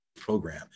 program